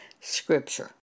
Scripture